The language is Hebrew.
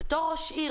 כראש עיר,